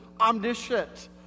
omniscient